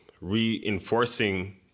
reinforcing